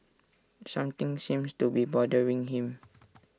something seems to be bothering him